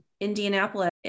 Indianapolis